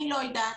אני לא יודעת,